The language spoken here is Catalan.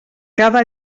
cada